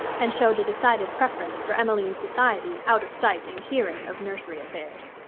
and showed a decided preference for emmeline's society out of sight and hearing of nursery affairs.